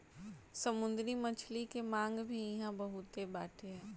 समुंदरी मछली के मांग भी इहां बहुते बाटे